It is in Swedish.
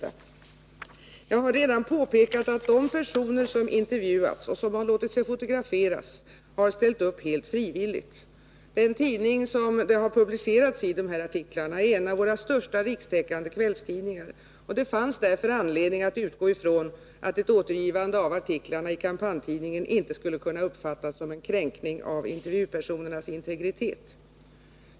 Jag har redan framhållit att de personer som har intervjuats och fotograferats har ställt upp helt frivilligt. Den tidning där artiklarna publicerats är en av våra största rikstäckande kvällstidningar. Det fanns därför anledning att utgå ifrån att ett återgivande av artiklarna i kampanjtidningen inte skulle kunna uppfattas som en kränkning av intervjupersonernas integritet.